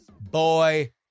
boy